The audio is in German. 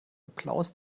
applaus